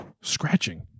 scratching